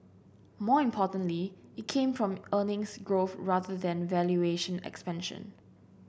more importantly it came from earnings growth rather than valuation expansion